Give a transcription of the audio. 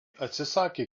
atsisakė